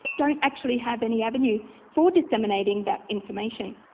don't actually have any avenue for disseminating that information.